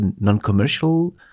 non-commercial